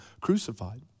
crucified